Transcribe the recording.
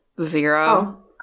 Zero